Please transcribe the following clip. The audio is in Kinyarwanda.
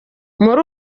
muri